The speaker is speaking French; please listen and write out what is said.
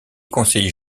conseiller